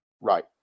right